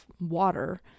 water